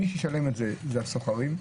מי שישלם את זה זה השוכרים.